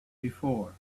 before